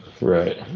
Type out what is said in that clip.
Right